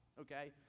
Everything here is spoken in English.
okay